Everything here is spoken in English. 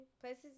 places